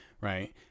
right